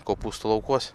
kopūstų laukuose